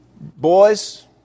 Boys